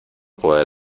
poder